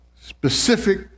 Specific